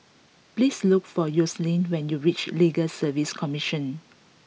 please look for Yoselin when you reach Legal Service Commission